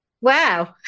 Wow